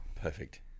Perfect